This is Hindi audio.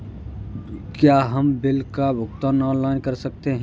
क्या हम बिल का भुगतान ऑनलाइन कर सकते हैं?